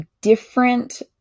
different